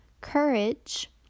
courage